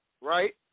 right